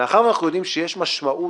מאחר שאנחנו יודעים שיש משמעות